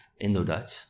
Indo-Dutch